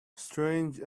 strange